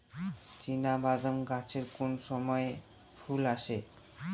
চিনাবাদাম গাছে কোন সময়ে ফুল আসে?